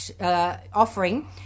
offering